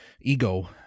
ego